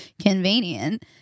convenient